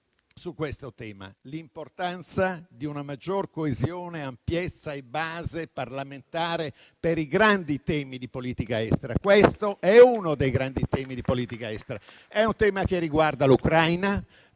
su questo tema, l'importanza di una maggior coesione, ampiezza e base parlamentare per i grandi temi di politica estera. Questo è uno dei grandi temi di politica estera. È un tema che riguarda l'Ucraina,